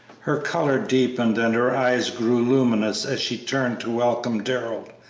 her color deepened and her eyes grew luminous as she turned to welcome darrell,